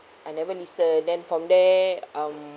I never listen then from there um